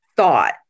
thought